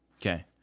Okay